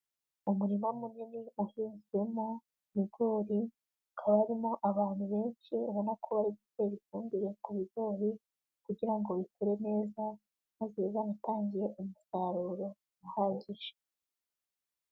Umurima munini uhinzwemo ibigori hakaba urimo abantu benshi ubonako bari gutera ifumbire ku bigori kugira ngo bikure neza maze bizanatange umusaruro uhagije.